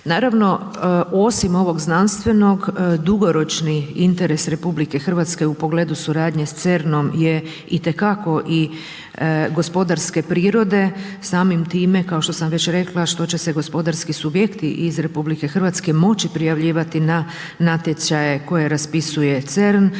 Naravno osim ovog znanstvenog dugoročni interes RH u pogledu suradnje sa CERN-om je itekako i gospodarske prirode. Samim time kao što sam već rekla što će se gospodarski subjekti iz RH moći prijavljivati na natječaje koje raspisuje CERN